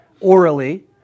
orally